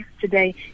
today